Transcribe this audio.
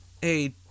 Hey